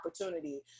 opportunity